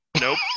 nope